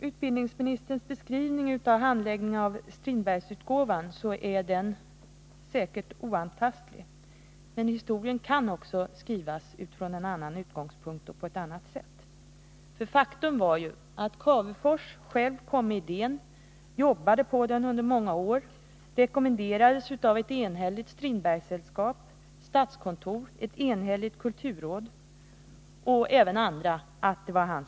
Utbildningsministerns beskrivning av handläggningen av frågan om Strindbergsutgåvan är säkert oantastlig, men historien kan också beskrivas utifrån en annan utgångspunkt och på ett annat sätt. Faktum var ju att Cavefors själv kom med idén, jobbade på den under många år och rekommenderas av ett enhälligt Strindbergssällskap, ett enhälligt kulturråd och även andra att få ge ut den.